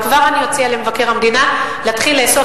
וכבר אני אציע למבקר המדינה להתחיל לאסוף